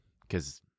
because-